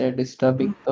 disturbing